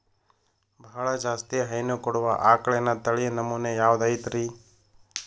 ಬಹಳ ಜಾಸ್ತಿ ಹೈನು ಕೊಡುವ ಆಕಳಿನ ತಳಿ ನಮೂನೆ ಯಾವ್ದ ಐತ್ರಿ?